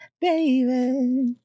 baby